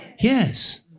Yes